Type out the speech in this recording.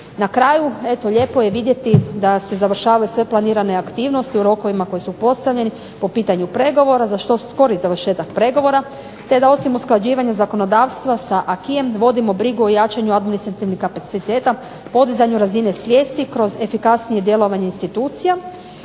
Na kraju, eto lijepo je vidjeti da se završavaju sve planirane aktivnosti u rokovima koji su postavljeni po pitanju pregovora za što skoriji završetak pregovora te da osim usklađivanja zakonodavstva sa acquisem vodimo brigu o jačanju administrativnih kapaciteta, podizanju razine svijesti kroz efikasnije djelovanje institucija